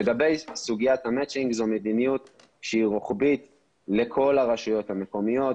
לגבי סוגיית המצ'ינג זאת מדיניות רוחבית לכל הרשויות המקומיות,